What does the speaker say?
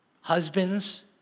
Husbands